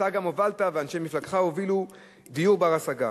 אתה הובלת ואנשי מפלגתך הובילו דיור בר-השגה.